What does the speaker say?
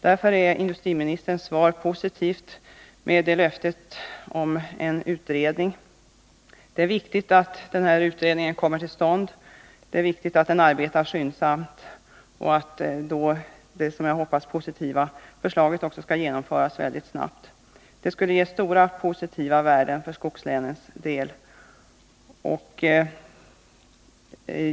Därför är industriministerns svar med löftet om en utredning positivt. Det är viktigt att den utredningen kommer till stånd, att den arbetar skyndsamt och att det, som jag hoppas, positiva förslaget skall genomföras mycket snabbt. Det skulle ge stora positiva värden för skogslänens del.